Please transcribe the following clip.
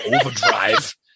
Overdrive